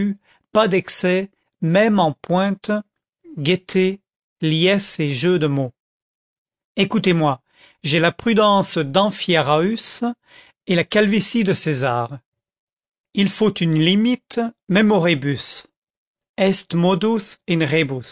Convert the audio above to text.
pas d'excès même en pointes gaîtés liesses et jeux de mots écoutez-moi j'ai la prudence d'amphiaraüs et la calvitie de césar il faut une limite même aux rébus est modus